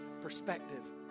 perspective